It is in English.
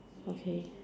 okay